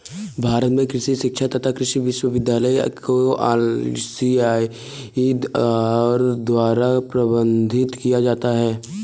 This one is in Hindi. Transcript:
भारत में कृषि शिक्षा तथा कृषि विश्वविद्यालय को आईसीएआर द्वारा प्रबंधित किया जाता है